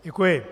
Děkuji.